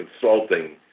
consulting